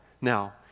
now